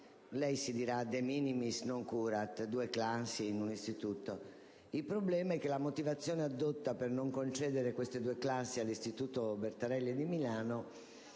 Si dirà: «*De minimis non curat*, *praetor*»; sono due classi in un istituto. Il problema è che la motivazione addotta per non concedere queste due classi all'istituto Bertarelli di Milano